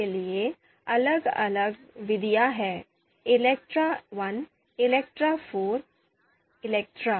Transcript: पसंद की समस्याओं के लिए अलग अलग तरीके हैं इलेक्ट्राI इलेक्ट्रा IV इलेक्ट्राIs